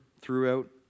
throughout